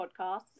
podcasts